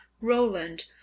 Roland